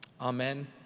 Amen